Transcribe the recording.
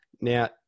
now